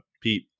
Pete